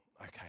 Okay